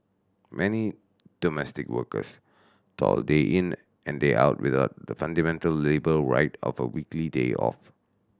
many domestic workers toil day in and day out without the fundamental labour right of a weekly day off